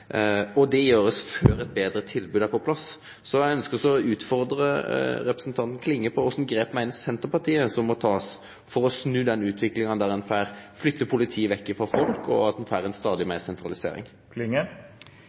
Og dette blir gjort før eit betre tilbod er på plass. Eg ønskjer å utfordre representanten Klinge på følgjande: Kva for grep meiner Senterpartiet må takast for å snu ei utvikling der ein flytter politiet vekk frå folk og får stadig meir sentralisering? Eg takkar for